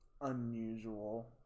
unusual